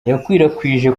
yakwirakwijwe